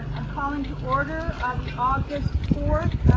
i'm calling to order the august fourth,